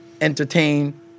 entertain